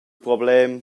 problem